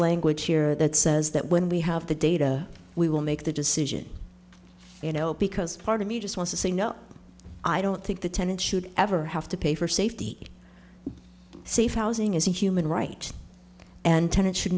language here that says that when we have the data we will make the decision you know because part of me just want to say no i don't think the tenant should ever have to pay for safety safe housing is a human right and tenet should